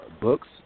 books